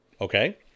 okay